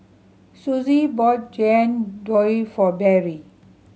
Sussie bought Jian Dui for Berry